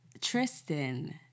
Tristan